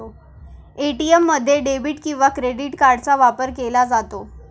ATM मध्ये debit किंवा credit कार्डचा वापर केला जातो